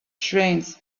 trains